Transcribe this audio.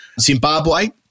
Zimbabwe